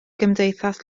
gymdeithas